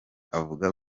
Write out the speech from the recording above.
avuga